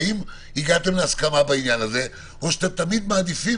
האם הגעתם להסכמה בעניין הזה או שאתם תמיד מעדיפים